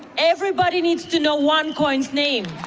everybody needs to know onecoin's name